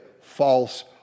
false